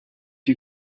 you